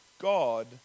God